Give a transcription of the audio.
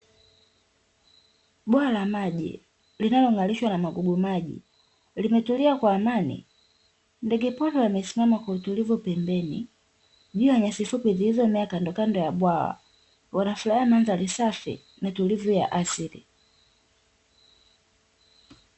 Bwawa la maji linalongarishwa na magugu maji limetulia kwa amani, ndege pori wamesimama kwa utulivu pembeni juu ya nyasi fupi zilizomea kando kando ya bwawa wanafurahia mandhari safi na tulivu ya asili.